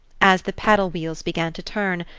as the paddle-wheels began to turn,